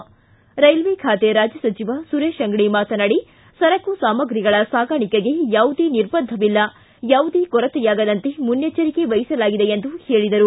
ರ್ನೆಲ್ವೆ ಖಾತೆ ರಾಜ್ಯ ಸಚಿವ ಸುರೇಶ್ ಅಂಗಡಿ ಮಾತನಾಡಿ ಸರಕು ಸಾಮಗ್ರಿಗಳ ಸಾಗಾಣಿಕೆಗೆ ಯಾವುದೇ ನಿರ್ಬಂಧವಿಲ್ಲ ಯಾವುದೇ ಕೊರತೆಯಾಗದಂತೆ ಮುನ್ನೆಚ್ಚರಿಕೆ ವಹಿಸಲಾಗಿದೆ ಎಂದು ತಿಳಿಸಿದರು